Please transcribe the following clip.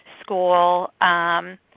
school